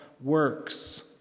works